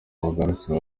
bagaruka